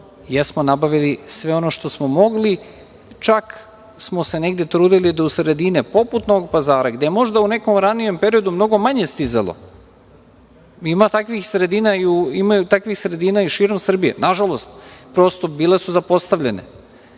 Jesmo nabavili sve ono što smo mogli, čak smo se negde trudili da u sredine poput Novog Pazara, gde je možda u nekom ranijem periodu mnogo manje stizalo, ima takvih sredina i širom Srbije, nažalost, prosto, bile su zapostavljene,